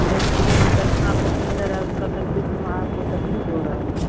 जैसे कि मतलब इतना पैसेन्जर है उसको तकलीफ़ नहीं आपको तकलीफ़ हो रही है